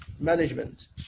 management